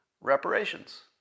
Reparations